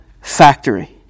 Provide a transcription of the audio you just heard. factory